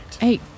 Hey